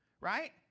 Right